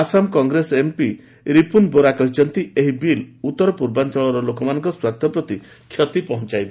Assam Congress MP Ripun Bora କହିଛନ୍ତି ଏହି bill ଉତ୍ତର ପୂର୍ବାଞ୍ଚଳର ଲୋକମାନଙ୍କ ସ୍ୱାର୍ଥ ପ୍ରତି କ୍ଷତି ପହଞ୍ଚାଇବ